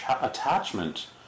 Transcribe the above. attachment